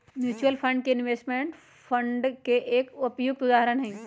mutual fund investment fund के एक उपयुक्त उदाहरण हई